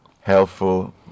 helpful